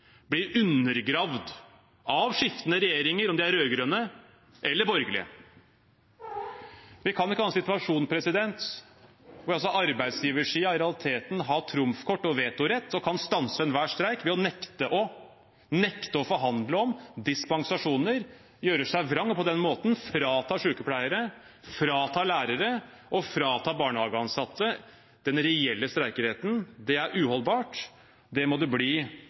blir undergravd av skiftende regjeringer – om de er rød-grønne eller borgerlige. Vi kan ikke ha en situasjon hvor altså arbeidsgiversiden i realiteten har trumfkort og vetorett og kan stanse enhver streik ved å nekte å forhandle om dispensasjoner, gjøre seg vrang og på den måten frata sykepleiere, frata lærere og frata barnehageansatte den reelle streikeretten. Det er uholdbart. Det må det bli